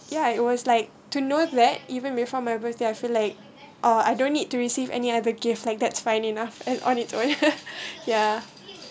ya it was like to know that even before my birthday I feel like or I don't need to receive any other gifts like that's fine enough and on its own ya